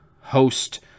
host